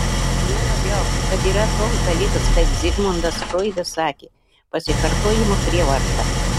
juo labiau kad yra toks dalykas kaip zigmundas froidas sakė pasikartojimo prievarta